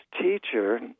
teacher